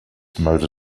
motor